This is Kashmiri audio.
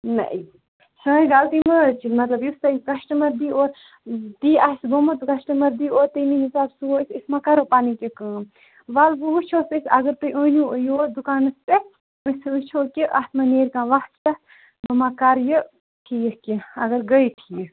نَے سٲنۍ غلطی مہٕ حظ چھِ مطلب یُس تۄہہِ کَسٹمَر دِی اور تی آسہِ گوٚمُت کَسٹمَر دِی اور تمے حِساب سُوو أسۍ أسۍ ما کَرو پَنٕنۍ کیٚنٛہہ کٲم وَلہٕ بہٕ وٕچھہو أسۍ اگر تُہۍ أنِو یور دُکانَس پٮ۪ٹھ أسۍ وٕچھو کہِ اَتھ ما نیرِ کانٛہہ وَتھ شَتھ بہٕ ما کَرٕ یہِ ٹھیٖک کیٚنٛہہ اگر گٔے ٹھیٖک